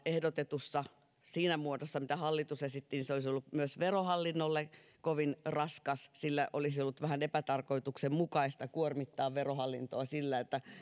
ehdotetussa muodossa mitä hallitus esitti myös verohallinnolle kovin raskas sillä olisi ollut vähän epätarkoituksenmukaista kuormittaa verohallintoa sillä että se